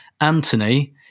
Anthony